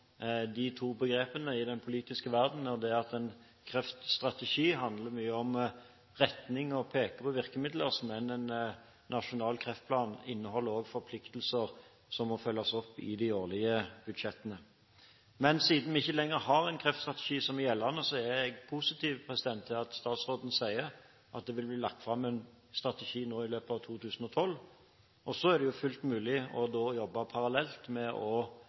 de to begrepene i den politiske verden. Det er at en kreftstrategi handler mye om retning og peker på virkemidler, mens en nasjonal kreftplan også inneholder forpliktelser som må følges opp i de årlige budsjettene. Men siden vi ikke lenger har en gjeldende kreftstrategi, er jeg positiv til at statsråden sier at det vil bli lagt fram en strategi nå i løpet av 2012. Så er det jo fullt mulig å jobbe parallelt med å